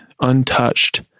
untouched